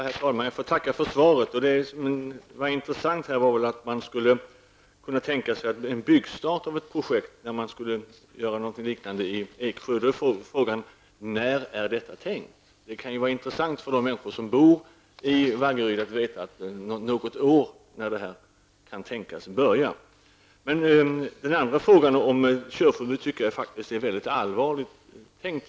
Herr talman! Jag får tacka för svaret. Det som var intressant var att man skulle kunna tänka sig en byggstart av ett projekt där man skulle göra någonting liknande i Eksjö. Då är frågan: När är detta tänkt att genomföras? Det kan vara intressant för de människor som bor i Vaggeryd att veta, vilket år det här kan tänkas börja. Den andra frågan, om körförbud, är faktiskt mycket allvarligt tänkt.